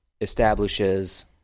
establishes